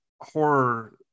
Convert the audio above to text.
horror